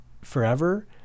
forever